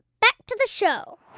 back to the show